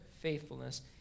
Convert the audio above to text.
faithfulness